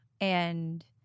and-